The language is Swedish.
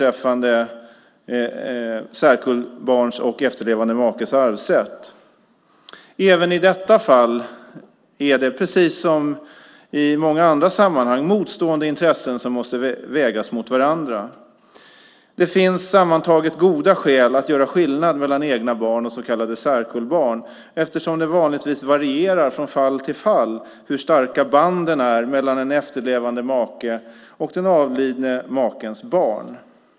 Även i detta fall är det, precis som i många andra sammanhang, motstående intressen som måste vägas mot varandra. Det finns sammantaget goda skäl att göra skillnad mellan egna barn och så kallade särkullbarn, eftersom det vanligtvis varierar från fall till fall hur starka banden är mellan en efterlevande make och den avlidne makens barn.